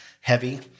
heavy